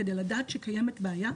כדי לדעת שקיימת בעיה,